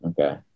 Okay